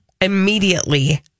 immediately